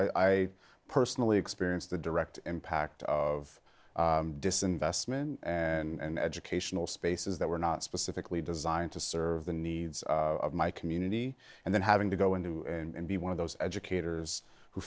i personally experienced the direct impact of disinvestment and educational spaces that were not specifically designed to serve the needs of my community and then having to go in to be one of those educators who